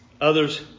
Others